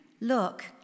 look